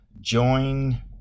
join